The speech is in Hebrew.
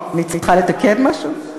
אני צריכה לתקן משהו?